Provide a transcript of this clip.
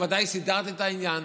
ודאי סידרתי את העניין,